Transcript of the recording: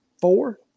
Four